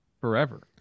forever